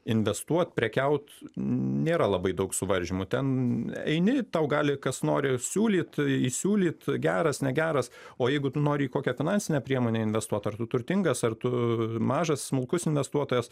investuot prekiaut nėra labai daug suvaržymų ten eini tau gali kas nori siūlyt įsiūlyt geras negeras o jeigu tu nori į kokią finansinę priemonę investuot ar tu turtingas ar tu mažas smulkus investuotojas